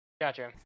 Gotcha